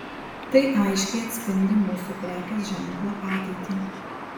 tai aiškiai atspindi mūsų prekės ženklo ateitį